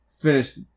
finish